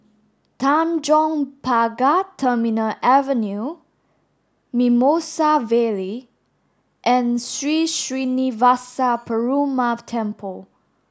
Tanjong Pagar Terminal Avenue Mimosa Vale and Sri Srinivasa Perumal Temple